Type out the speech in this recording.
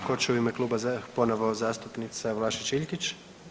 Tko će u ime kluba, ponovo zastupnica Vlašić Iljkić.